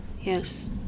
Yes